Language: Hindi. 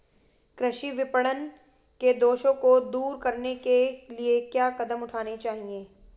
कृषि विपणन के दोषों को दूर करने के लिए क्या कदम उठाने चाहिए?